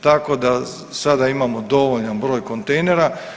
Tako da sada imamo dovoljan broj kontejnera.